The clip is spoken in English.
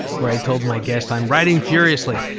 where i told my guest, i'm writing furiously,